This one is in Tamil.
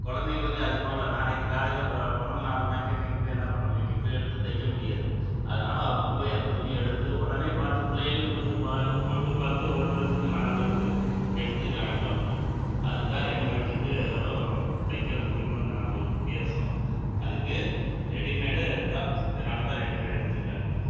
குலந்தைங்களுக்கு அது போல் நாளைக்கு காலையில் ப பிறந்த நாளுன்னாக்க இன்னைக்கு போய் என்ன பண்ண முடியும் இன்னக்கு போய் எடுத்து தைக்க முடியாது அதனால் அவங்க போய் அந்த துணி எடுத்து உடனே பார்த்து பிள்ளைகளையும் கூப்பிட்டுப் போகறாங்க போட்டு பார்த்து ஒரு ட்ரெஸ்ஸுக்கு நாலு ட்ரெஸ்ஸு எடுத்துக்குறாங்க அவங்க அது தான் ரெடிமேட்டுக்கு தைக்கிற துணிக்கு உண்டான ஒரு வித்தியாசம் அதுக்கு ரெடிமேடு அதுதான் இதனால் தான் ரெடிமேடு எடுத்துக்குறாங்க